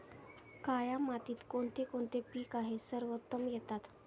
काया मातीत कोणते कोणते पीक आहे सर्वोत्तम येतात?